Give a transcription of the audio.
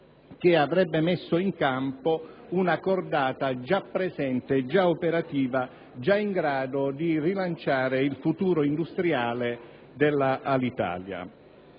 che avrebbe messo in campo una cordata già presente, già operativa, già in grado di rilanciare il futuro industriale dell'Alitalia.